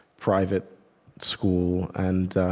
private school. and